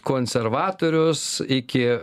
konservatorius iki